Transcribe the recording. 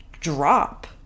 drop